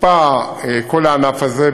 הוקפא כל הענף הזה,